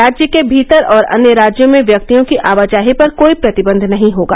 राज्य के भीतर और अन्य राज्यो में ध्यक्तियों की आवाजाही पर कोई प्रतिबंध नहीं होगा